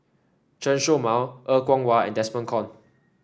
Chen Show Mao Er Kwong Wah and Desmond Kon